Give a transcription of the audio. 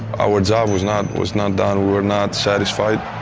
our job was not was not done. we were not satisfied,